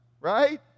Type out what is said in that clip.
right